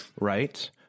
right